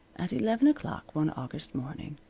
at eleven o'clock one august morning,